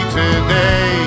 today